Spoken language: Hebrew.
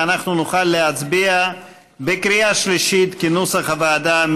ואנחנו נוכל להצביע בקריאה שלישית, כנוסח הוועדה.